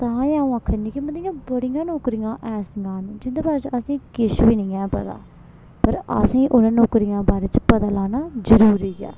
तां गै आ'ऊं आखा नी कि मतलब इ'यां बडियां नौकरियां ऐसियां न जिंदे बारें च असेंगी किश बी नी ऐ पता पर असेंई उ'नें नौकरियें दा बारे च पता लाना जरूरी ऐ